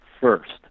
first